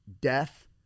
death